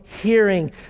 hearing